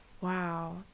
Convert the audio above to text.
Wow